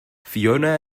fiona